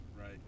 Right